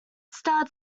starred